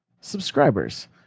subscribers